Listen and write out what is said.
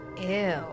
Ew